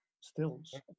stills